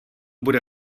bude